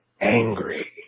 angry